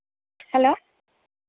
hello